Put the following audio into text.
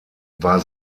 war